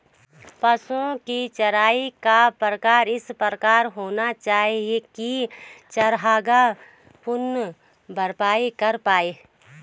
पशुओ की चराई का प्रकार इस प्रकार होना चाहिए की चरागाह पुनः भरपाई कर पाए